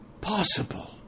possible